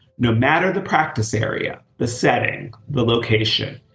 no matter the practice area, the setting, the location,